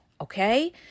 Okay